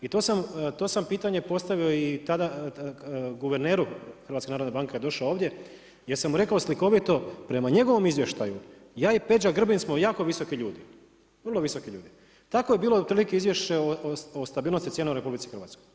I to sam pitanje postavio tada i guverneru HNB-a kad je došao ovdje gdje sam mu rekao slikovito, prema njegovom izvještaju, ja i Peđa Grbin smo jako visoki ljudi, vrlo visoki ljudi, tako je bilo otprilike izvješće o stabilnosti cijena u RH.